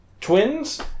twins